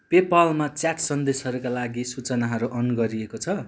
pay पालमा chat सन्देशहरूका लागि सूचनाहरू अन गरिएको छ